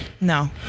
No